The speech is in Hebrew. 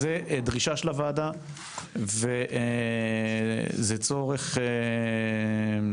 זו דרישה של הוועדה וזה צורך שבדיוק